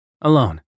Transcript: Alone